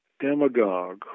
demagogue